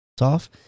off